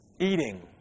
eating